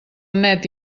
net